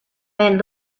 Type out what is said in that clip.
man